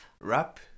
Wrap